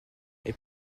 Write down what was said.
est